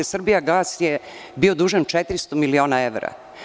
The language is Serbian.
Srbijagas“ je bio dužan 400 miliona evra.